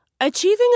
Achieving